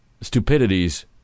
stupidities